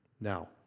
Now